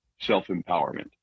self-empowerment